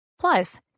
Plus